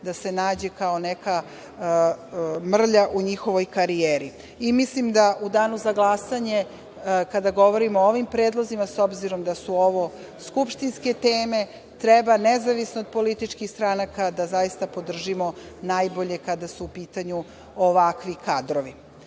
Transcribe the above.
da se nađe kao neka mrlja u njihovoj karijeri. Mislim da u danu za glasanje, kada govorimo o ovim predlozima s obzirom da su ovo skupštinske teme, treba nezavisno od političkih stranaka zaista da podržimo najbolje kada su u pitanju ovakvi kadrovi. Ono